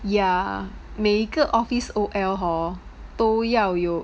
ya 每个 office O_L hor 都要有